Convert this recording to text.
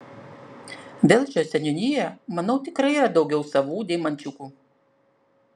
velžio seniūnijoje manau tikrai yra daugiau savų deimančiukų